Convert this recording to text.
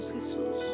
Jesus